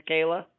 Kayla